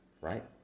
right